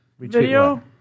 Video